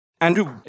Andrew